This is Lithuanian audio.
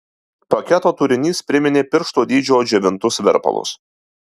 paketo turinys priminė piršto dydžio džiovintus verpalus